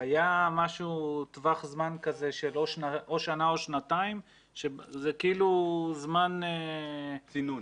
היה טווח זמן של או שנה או שנתיים שזה כאילו זמן צינון,